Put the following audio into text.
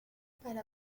para